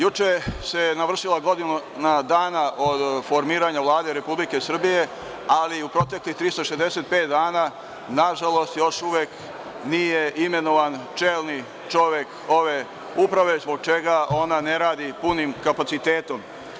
Juče se navršila godina dana od formiranja Vlade Republike Srbije, ali u proteklih 365 dana, nažalost, još uvek nije imenovan čelni čovek ove uprave zbog čega ona ne radi punim kapacitetom.